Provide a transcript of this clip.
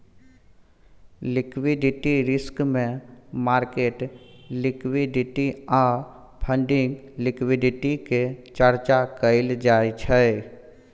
liquidity risk मे market liquidity आ funding liquidity के चर्चा कएल जाइ छै